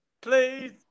Please